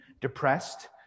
depressed